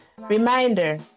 Reminder